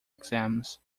exams